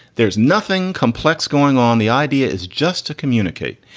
there's nothing complex going on. the idea is just to communicate.